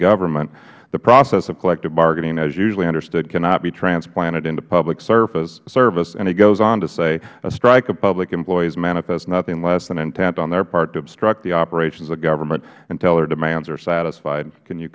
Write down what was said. government the process of collective bargaining as usually understood cannot be transplanted into public service and it goes on to say a strike of public employees manifests nothing less than intent on their part to obstruct the operations of government until their demands are satisfied can you